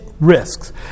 Risks